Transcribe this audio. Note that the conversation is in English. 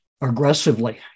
aggressively